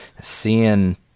seeing